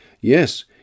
Yes